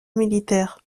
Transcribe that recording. militaire